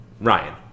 ryan